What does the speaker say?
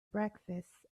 breakfast